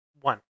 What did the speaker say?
one